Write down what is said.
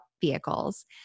Vehicles